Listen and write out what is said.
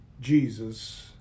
Jesus